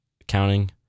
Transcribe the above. accounting